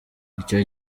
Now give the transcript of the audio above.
icyo